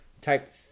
type